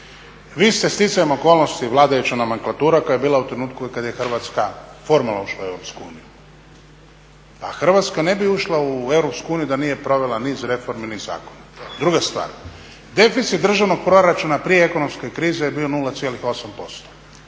vi ste sticajem okolnosti vladajuća nomenklatura koja je bila u trenutku kada je Hrvatska formalno ušla u EU, pa Hrvatska ne bi ušla u EU da nije provela niz reformi, niz zakona. Druga stvar, deficit državnog proračuna prije ekonomske krize je bio 0,8%.